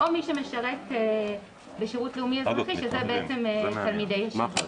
או מי שמשרת בשירות לאומי-אזרחי שאלו תלמידי ישיבות.